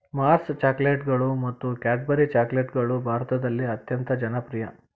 Mars ಚಾಕೊಲೇಟ್ಗಳು ಮತ್ತು Cadbury ಚಾಕೊಲೇಟ್ಗಳು ಭಾರತದಲ್ಲಿ ಅತ್ಯಂತ ಜನಪ್ರಿಯ